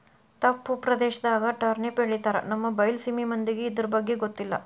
ತಪ್ಪು ಪ್ರದೇಶದಾಗ ಟರ್ನಿಪ್ ಬೆಳಿತಾರ ನಮ್ಮ ಬೈಲಸೇಮಿ ಮಂದಿಗೆ ಇರ್ದಬಗ್ಗೆ ಗೊತ್ತಿಲ್ಲ